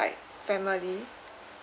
like family